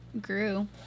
grew